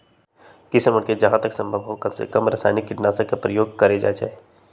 किसनवन के जहां तक संभव हो कमसेकम रसायनिक कीटनाशी के प्रयोग करे के चाहि